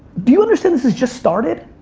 do you understand this has just started?